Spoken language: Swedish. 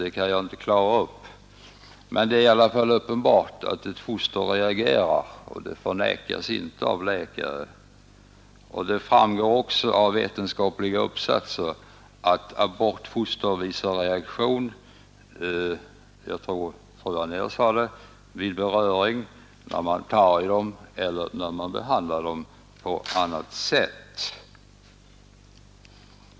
Det kan jag inte klara upp. Men det är i alla fall uppenbart att ett foster reagerar, och det förnekas inte av läkare. Det framgår också av vetenskapliga uppsatser att abortfoster visar reaktioner, jag tror fru Anér sade det, vid beröring, när man tar i dem eller när man behandlar dem på annat sätt.